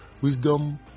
wisdom